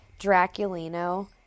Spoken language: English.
Draculino